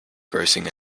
grossing